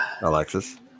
Alexis